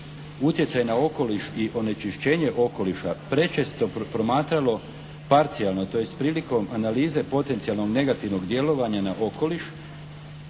utjecaj na okoliš i onečišćenje okoliša prečesto promatralo parcijalno tj. prilikom analize potencijalno negativnog djelovanja na okoliš